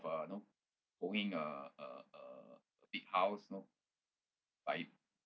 !wah! you know owning a a a big house you know buy